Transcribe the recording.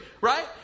right